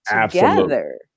together